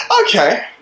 Okay